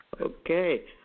Okay